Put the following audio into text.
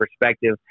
perspective